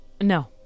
No